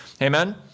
Amen